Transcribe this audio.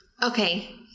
Okay